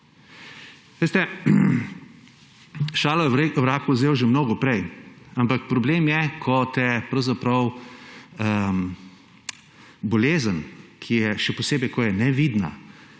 Veste, šalo je vrag vzel že mnogo prej, ampak problem je, ko se bolezni, še posebej, ko je nevidna,